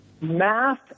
Math